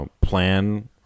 plan